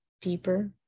deeper